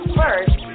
first